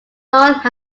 north